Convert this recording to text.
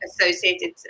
associated